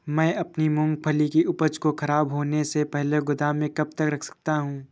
मैं अपनी मूँगफली की उपज को ख़राब होने से पहले गोदाम में कब तक रख सकता हूँ?